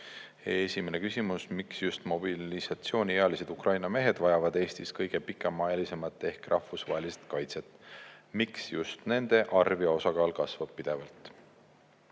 Esimene küsimus: "Miks just mobilisatsiooniealised Ukraina mehed vajavad Eestis kõige pikemaajalisemat ehk rahvusvahelist kaitset? Miks just nende arv ja osakaal kasvab pidevalt?"